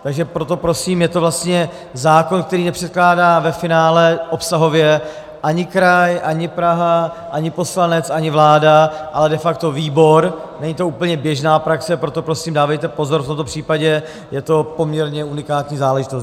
Takže proto prosím, je to vlastně zákon, který je předkládán a ve finále obsahově ani kraj, ani Praha, ani poslanec, ani vláda, ale de facto výbor, není to úplně běžná praxe, proto prosím dávejte pozor, v tomto případě je to poměrně unikátní záležitost.